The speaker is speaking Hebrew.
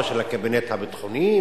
או של הקבינט הביטחוני,